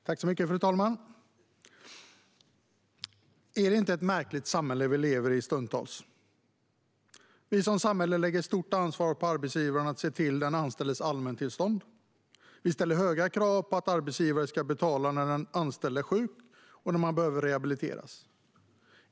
Fru talman! Är det inte stundtals ett märkligt samhälle vi lever i? Samhället lägger stort ansvar på arbetsgivaren att se till den anställdes allmäntillstånd. Det ställs höga krav på arbetsgivare att betala när den anställde är sjuk och när denne behöver rehabiliteras.